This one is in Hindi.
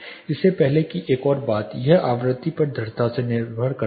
इससे पहले कि एक और बात यह आवृत्ति पर दृढ़ता से निर्भर करती है